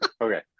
okay